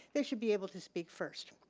they should be able to speak first.